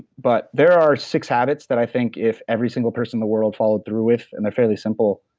but there are six habits that i think if every single person in the world followed through with, and they're fairly simple,